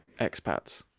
expats